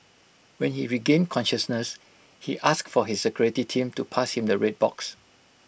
when he regained consciousness he asked for his security team to pass him the red box